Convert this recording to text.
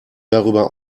darüber